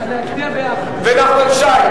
מחשב לכל